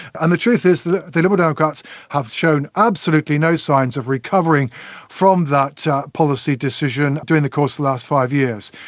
and the truth is the the liberal democrats have shown absolutely no signs of recovering from that policy decision during the course of the last five years.